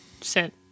sent